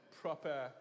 proper